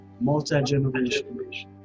multi-generational